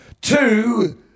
Two